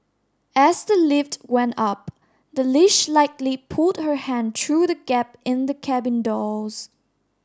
as the lift went up the leash likely pulled her hand through the gap in the cabin doors